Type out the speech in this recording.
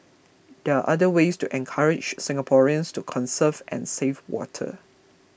there are other ways to encourage Singaporeans to conserve and save water